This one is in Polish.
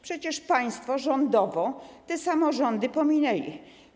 Przecież państwo rządowo te samorządy pominęli.